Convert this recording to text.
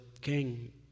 king